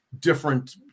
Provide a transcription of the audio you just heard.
different